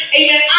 amen